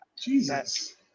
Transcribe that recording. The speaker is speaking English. Jesus